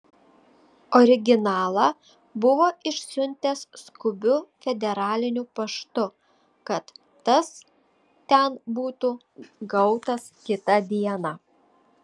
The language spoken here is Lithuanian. originalą buvo išsiuntęs skubiu federaliniu paštu kad tas ten būtų gautas kitą dieną